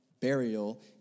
burial